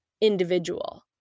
individual